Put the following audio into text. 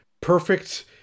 perfect